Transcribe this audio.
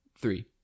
three